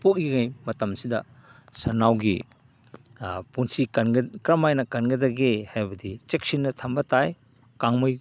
ꯄꯣꯛꯂꯤꯉꯩ ꯃꯇꯝꯁꯤꯗ ꯁꯟꯅꯥꯎꯒꯤ ꯄꯨꯟꯁꯤ ꯀꯔꯝ ꯍꯥꯏꯅ ꯀꯟꯒꯗꯒꯦ ꯍꯥꯏꯕꯗꯤ ꯆꯦꯛꯁꯤꯟꯅ ꯊꯝꯕ ꯇꯥꯏ ꯀꯥꯡꯃꯩ